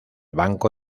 banco